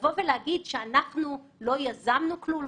לבוא ולהגיד שאנחנו לא יזמנו כלום,